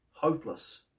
Hopeless